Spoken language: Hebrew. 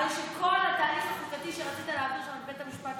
הרי שכל התהליך החוקתי שרצית להעביר שם בבית המשפט,